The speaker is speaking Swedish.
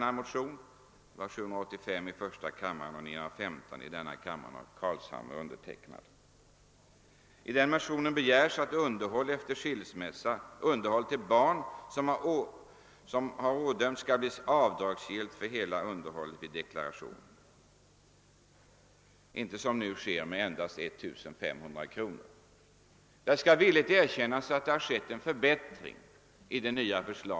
Det gäller motionerna 1: 785 av herr Lidgard och II: 915 av herr Carlshamre och mig. I de motionerna begärs att underhåll som har utdömts efter skilsmässa till barn skall bli avdragsgillt med hela beloppet vid deklarationen och inte som nu föreslagits med endast 1 500 kr. Jag skall villigt erkänna att det har skett en förbättring genom Kungl. Maj:ts förslag.